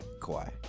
Kawhi